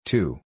Two